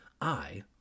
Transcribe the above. I